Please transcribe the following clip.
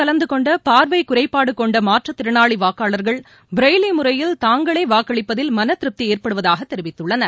கலந்துகொண்டபார்வைகுறைபாடுகொண்டமாற்றுத்திறனாளிவாக்காளர்கள் ப்ரைலிழறையில் இதில் தாங்களேவாக்களிப்பதில் மனதிருப்திஏற்படுவதாகதெரிவித்துள்ளனர்